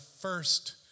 first